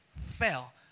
fell